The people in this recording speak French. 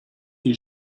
est